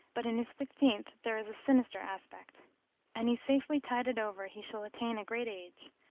but in his fifteenth there is a sinister aspect an he safely tide it over he shall attain a great age.